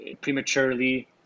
prematurely